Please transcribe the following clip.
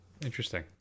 Interesting